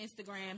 instagram